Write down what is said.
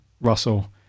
Russell